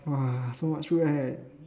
!wah! so much food right